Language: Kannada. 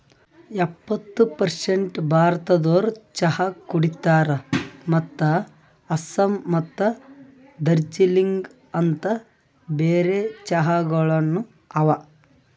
ಎಪ್ಪತ್ತು ಪರ್ಸೇಂಟ್ ಭಾರತದೋರು ಚಹಾ ಕುಡಿತಾರ್ ಮತ್ತ ಆಸ್ಸಾಂ ಮತ್ತ ದಾರ್ಜಿಲಿಂಗ ಅಂತ್ ಬೇರೆ ಚಹಾಗೊಳನು ಅವಾ